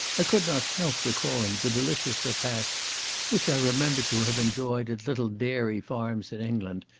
i could not help recalling the delicious repasts which i remembered to have enjoyed at little dairy farms in england,